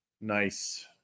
nice